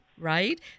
right